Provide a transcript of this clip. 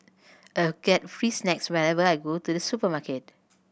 I get free snacks whenever I go to the supermarket